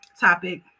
topic